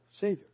Savior